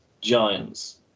Giants